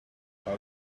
how